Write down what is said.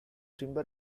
timber